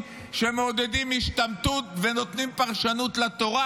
שמעודדים השתמטות ונותנים פרשנות לתורה